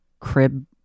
crib